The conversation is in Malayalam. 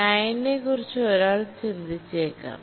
IX നെക്കുറിച്ച് ഒരാൾ ചിന്തിച്ചേക്കാം